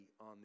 on